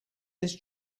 this